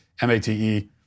M-A-T-E